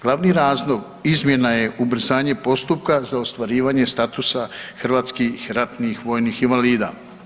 Glavni razlog izmjena je ubrzanje postupka za ostvarivanje statusa hrvatskih ratnih vojnih invalida.